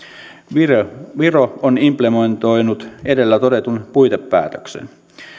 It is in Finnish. viro viro on implementoinut edellä todetun puitepäätöksen